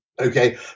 okay